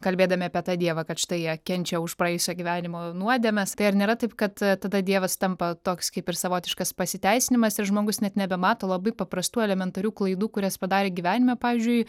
kalbėdami apie tą dievą kad štai jie kenčia už praėjusio gyvenimo nuodėmes tai ar nėra taip kad tada dievas tampa toks kaip ir savotiškas pasiteisinimas ir žmogus net nebemato labai paprastų elementarių klaidų kurias padarė gyvenime pavyzdžiui